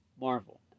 Marvel